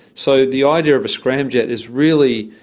so the idea of a scramjet is really,